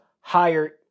higher